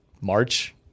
March